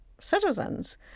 citizens